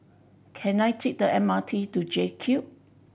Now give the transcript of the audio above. can I take the M R T to JCube